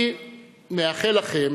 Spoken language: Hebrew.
אני מאחל לכם